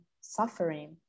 suffering